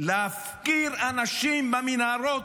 להפקיר אנשים במנהרות,